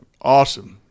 Awesome